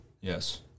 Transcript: yes